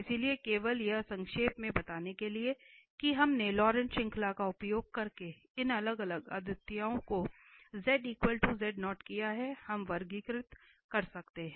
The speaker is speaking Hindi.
इसलिए केवल यह संक्षेप में बताने के लिए कि हमने लॉरेंट श्रृंखला का उपयोग करके इन अलग अलग अद्वितीयताओं को किया है हम वर्गीकृत कर सकते हैं